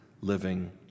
living